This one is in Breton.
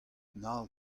nav